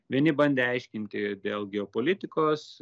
vieni bandė aiškinti dėl geopolitikos